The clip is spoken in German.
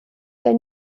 der